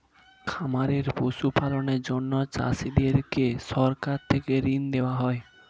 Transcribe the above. খামারে পশু পালনের জন্য চাষীদেরকে সরকার থেকে ঋণ দেওয়া হয়